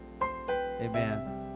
Amen